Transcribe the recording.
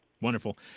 Wonderful